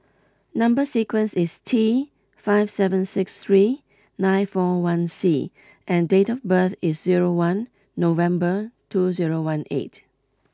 number sequence is T five seven six three nine four one C and date of birth is zero one November two zero one eight